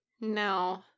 No